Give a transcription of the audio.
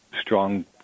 strong